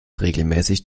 regelmäßig